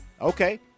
Okay